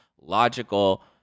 logical